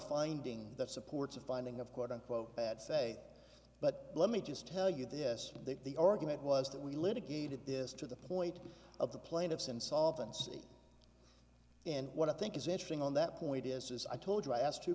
finding that supports a finding of quote unquote bad say but let me just tell you this that the argument was that we litigated this to the point of the plaintiff's insolvency and what i think is interesting on that point is as i told you i asked two